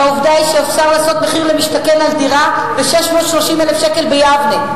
והעובדה היא שאפשר לעשות מחיר למשתכן על דירה ב-630,000 שקל ביבנה.